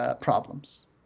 problems